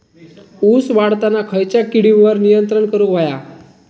ऊस वाढताना खयच्या किडींवर नियंत्रण करुक व्हया?